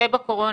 זה בקורונה,